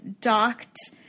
docked